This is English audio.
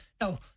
no